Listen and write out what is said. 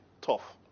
tough